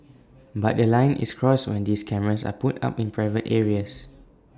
but A line is crossed when these cameras are put up in private areas